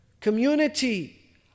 community